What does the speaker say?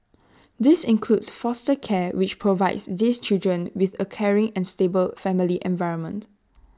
this includes foster care which provides these children with A caring and stable family environment